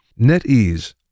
NetEase